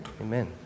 Amen